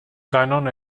cànon